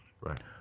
right